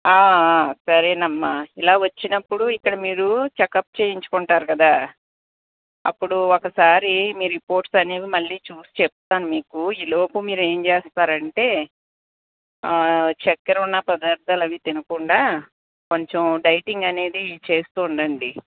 అ ఆ సరేనమ్మా ఇలా వచ్చినప్పుడు ఇక్కడ మీరు చెకప్ చేయించుకుంటారు కదా అప్పుడు ఒకసారి మీ రిపోర్ట్స్ అన్నీ మళ్ళీ చూసి చెప్తాను మీకు ఈలోపు మీరు ఏంచేస్తారంటే ఆ చక్కెర ఉన్న పదార్ధాలు అవి తినకుండా కొంచం డైటింగ్ అనేది చేస్తూ ఉండండి